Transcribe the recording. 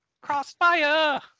crossfire